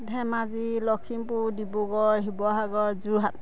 Dhemaji Lakhimpur Dibrugarh Sivasagar Jorhat